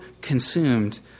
consumed